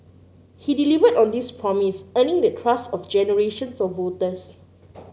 he delivered on this promise earning the trust of generations of voters